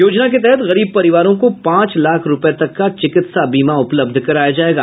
योजना के तहत गरीब परिवारों को पांच लाख रूपये तक का चिकित्सा बीमा उपलब्ध कराया जायेगा